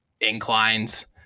inclines